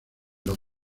los